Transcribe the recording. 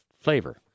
flavor